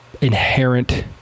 inherent